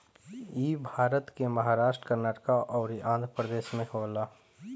इ भारत के महाराष्ट्र, कर्नाटक अउरी आँध्रप्रदेश में होला